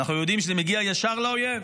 אנחנו יודעים שזה מגיע ישר לאויב,